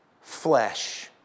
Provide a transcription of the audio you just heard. flesh